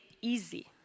easy